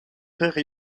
frère